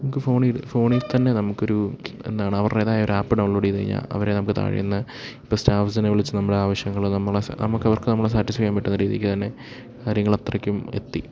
നമുക്ക് ഫോണിൽ തന്നെ നമുക്കൊരു എന്താണ് അവരുടേതായ ഒരു ആപ്പ് ഡൗൺലോഡ് ചെയ്തുകഴിഞ്ഞാല് അവരെ നമുക്ക് താഴെ നിന്ന് ഇപ്പോള് സ്റ്റാഫ്സിനെ വിളിച്ച് നമ്മുടെ ആവശ്യങ്ങള് നമ്മുടെ നമുക്ക് അവർക്ക് നമ്മളെ സാറ്റിസ്ഫൈ ചെയ്യാൻ പറ്റുന്ന രീതിക്ക് തന്നെ കാര്യങ്ങള് അത്രയ്ക്കും എത്തി